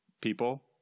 people